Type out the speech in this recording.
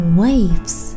waves